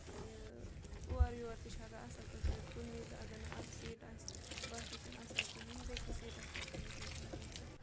یہِ اورٕ یورٕ تہِ چھِ ہٮ۪کان اَصل پٲٹھۍ کٔرِتھ کُنہِ وِزِ اگر نہٕ اَکھ سیٖٹ آسہِ باسہِ یہِ چھَنہٕ اَصٕل کِہیٖنۍ بیٚکِس سیٖٹَس پٮ۪ٹھ تہِ ہیٚکہِ اِنسان گٔژھِتھ